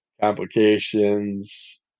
Complications